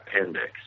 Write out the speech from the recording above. appendix